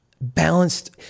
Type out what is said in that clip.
balanced